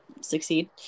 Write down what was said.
succeed